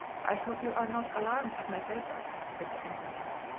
i hope you are not alarmed at my presence, said the intendant,